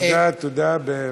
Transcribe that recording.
תודה, תודה, ובבקשה.